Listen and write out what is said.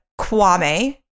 Kwame